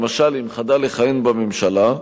למשל אם חדל לכהן בממשלה,